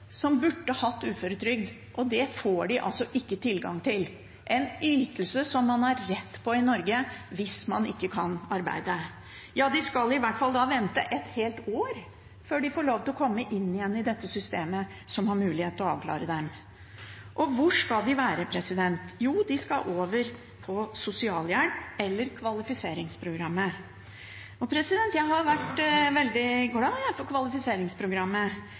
som burde hatt uføretrygd, og det får de altså ikke tilgang til – en ytelse som man har rett på i Norge hvis man ikke kan arbeide. Ja, de skal i hvert fall vente et helt år før de får lov til å komme inn igjen i dette systemet som har mulighet til å avklare dem. Og hvor skal de være? Jo, de skal over på sosialhjelp eller kvalifiseringsprogrammet. Jeg har vært veldig glad for kvalifiseringsprogrammet.